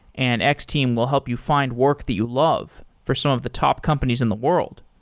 and x-team will help you find work that you love for some of the top companies in the world.